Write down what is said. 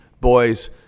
boys